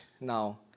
now